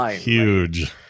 huge